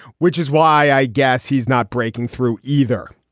which is why i guess he's not breaking through either.